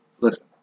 listen